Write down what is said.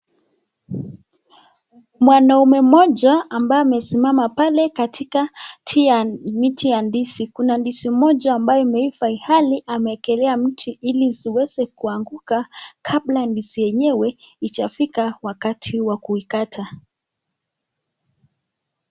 Mwanaume mmoja ambaye amesimama pale katikati ya miti ya ndizi. Kuna ndizi moja ambayo imeiva ilhali aeewekela mti ili isiweze kuanguka kabla ndizi yenyewe hijafika wakati wa kuikata.